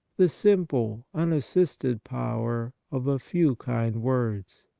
the simple, unassisted power of a few kind words.